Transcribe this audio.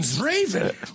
raven